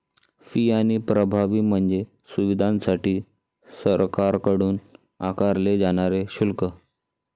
fee आणि प्रभावी म्हणजे सुविधांसाठी सरकारकडून आकारले जाणारे शुल्क